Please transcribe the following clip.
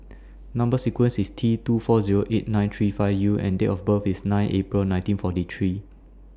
Number sequence IS T two four Zero eight nine three five U and Date of birth IS nine April nineteen forty three